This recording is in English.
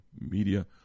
Media